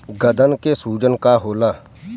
गदन के सूजन का होला?